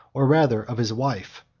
or rather of his wife,